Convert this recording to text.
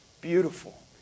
beautiful